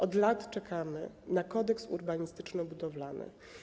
Od lat czekamy na kodeks urbanistyczno-budowlany.